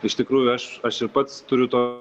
iš tikrųjų aš aš ir pats turiu to